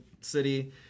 city